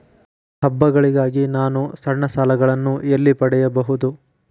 ಹಬ್ಬಗಳಿಗಾಗಿ ನಾನು ಸಣ್ಣ ಸಾಲಗಳನ್ನು ಎಲ್ಲಿ ಪಡೆಯಬಹುದು?